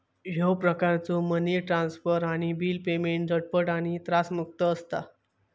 ह्यो प्रकारचो money transfer आणि बिल पेमेंट झटपट आणि त्रासमुक्त असता